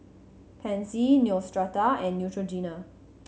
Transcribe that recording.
Pansy Neostrata and Neutrogena